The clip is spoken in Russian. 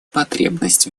потребность